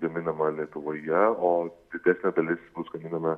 gaminama lietuvoje o didesnė dalis bus gaminama